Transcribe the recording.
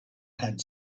had